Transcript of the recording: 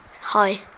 Hi